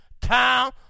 town